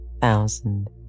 thousand